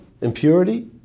impurity